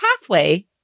halfway